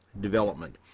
development